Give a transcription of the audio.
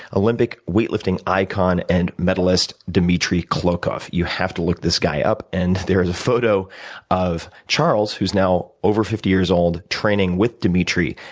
olympic weight lifting icon and medalist dmitry klokov. you have to look this guy up, and there's photo of charles who's now over fifty years old, training with dmitry.